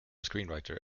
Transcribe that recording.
screenwriter